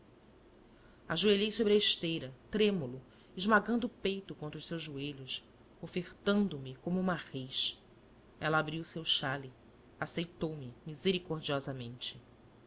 ajoelhei sobre a esteira trêmulo esmagando o peito contra os seus joelhos ofertando me como uma rês ela abriu o seu xale aceitou me